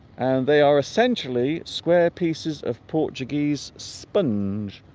and they are essentially square pieces of portuguese sponge